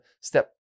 step